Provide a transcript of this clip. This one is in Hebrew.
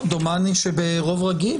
דומני שברוב רגיל,